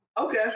Okay